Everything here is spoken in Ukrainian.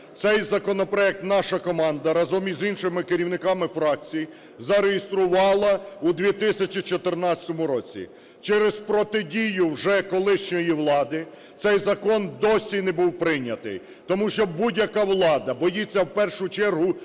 Цей законопроект наша команда разом із іншими керівниками фракцій зареєструвала у 2014 році. Через протидію вже колишньої влади цей закон досі не був прийнятий, тому що будь-яка влада боїться, в першу чергу,